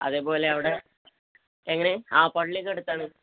അതേപോലെ അവിടെ എങ്ങനെ ആ പള്ളിയൊക്കെ അടുത്താണ്